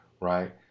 right